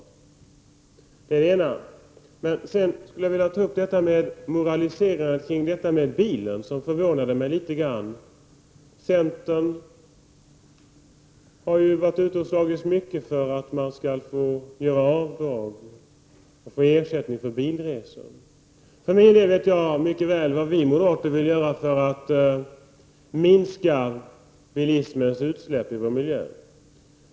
Jag skulle också vilja ta upp moraliserandet kring bilen, som förvånade mig litet. Centern har ju slagits mycket för att man skall få göra avdrag för och få ersättning för bilresor. Jag vet mycket väl vad vi moderater vill göra för att minska bilismens utsläpp i miljön.